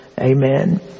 Amen